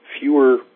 fewer